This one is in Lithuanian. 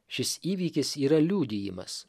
šis įvykis yra liudijimas